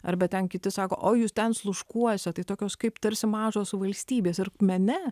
arba ten kiti sako o jūs ten sluškuose tai tokios kaip tarsi mažos valstybės ir mene